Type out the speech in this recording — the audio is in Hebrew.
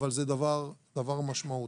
אבל זה דבר משמעותי.